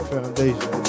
Foundation